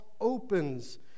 opens